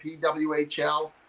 PWHL